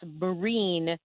Marine